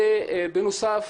בנוסף,